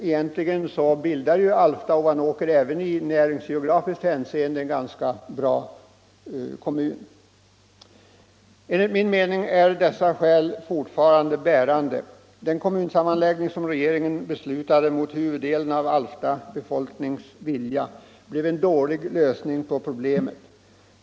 Egentligen bildar Alfta och Ovanåker även i näringsgeografiskt hänseende en ganska bra kommun. Enligt min mening är dessa skäl fortfarande bärande. Den kommunsammanläggning som regeringen beslutade mot huvuddelen av Alftas befolknings vilja blev en dålig lösning på problemet.